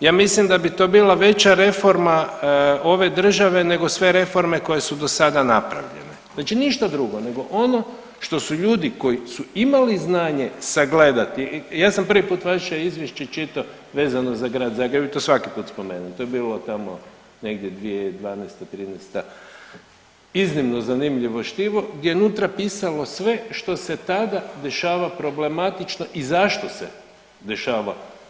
ja mislim da bi to bila veća reforma ove države nego sve reforme koje su do sada napravljene, znači ništa drugo nego ono što su ljudi koji su imali znanje sagledati, ja sam prvi put vaše izvješće čitao vezano za Grad Zagreb i to svaki put spomenem, to je bilo tamo negdje 2012.-'13. iznimno zanimljivo štivo gdje je unutra pisalo sve što se tada dešava problematično i zašto se dešava.